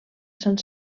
sant